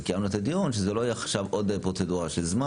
וקיימנו את הדיון שזו לא תהיה עוד פרוצדורה של זמן.